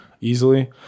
Easily